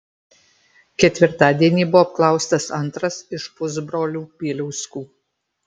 ketvirtadienį buvo apklaustas antras iš pusbrolių bieliauskų